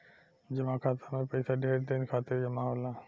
जमा खाता मे पइसा ढेर दिन खातिर जमा होला